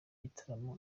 gitaramo